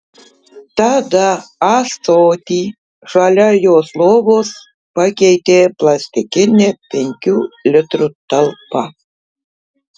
tada ąsotį šalia jos lovos pakeitė plastikinė penkių litrų talpa